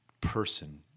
person